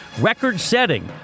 record-setting